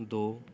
ਦੋ